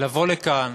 לבוא לכאן